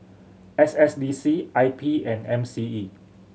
S S D C I P and M C E